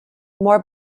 more